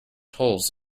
holes